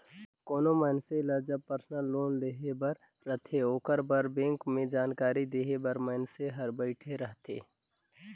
कोनो मइनसे ल जब परसनल लोन लेहे बर रहथे ओकर बर बेंक में जानकारी देहे बर मइनसे हर बइठे रहथे